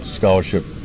scholarship